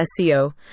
SEO